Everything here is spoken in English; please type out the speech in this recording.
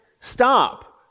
stop